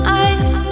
eyes